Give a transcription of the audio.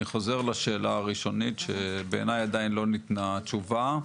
אני חוזר לשאלה הראשונית שבעיניי עדיין לא ניתנה תשובה.